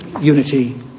unity